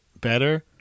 better